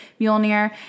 Mjolnir